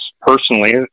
personally